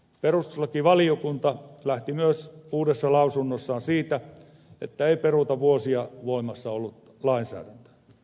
perustuslakivaliokunta lähti myös uudessa lausunnossaan siitä että ei peruta vuosia voimassa ollutta lainsäädäntöä